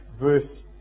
verse